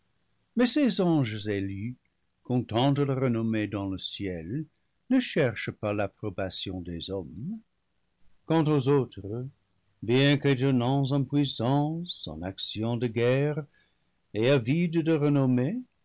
mais ces anges élus contents de leur renom mée dans le ciel ne cherchent pas l'approbation des hommes quant aux autres bien qu'étonnants en puissance en actions de guerre et avides de renommée